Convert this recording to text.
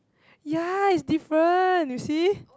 ya is different you see